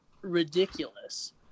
ridiculous